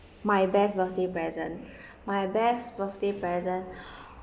my best birthday present my best birthday present